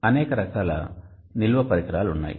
అనేక రకాల నిల్వ పరికరాలు ఉన్నాయి